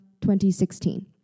2016